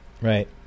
right